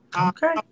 Okay